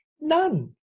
None